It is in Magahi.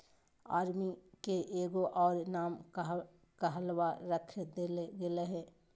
अरबी के एगो और नाम कहवा रख देल गेलय हें